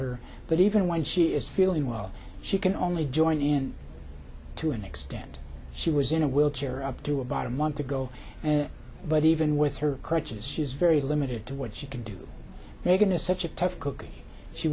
her but even when she is feeling well she can only join in to an extent she was in a wheelchair up to about a month ago but even with her crutches she's very limited to what she can do megan is such a tough cookie she